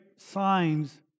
signs